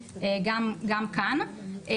גם כאן.